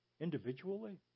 individually